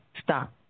stop